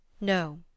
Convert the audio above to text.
No